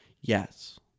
Yes